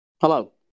Hello